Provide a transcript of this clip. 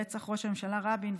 לרצח לראש הממשלה רבין,